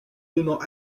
donnant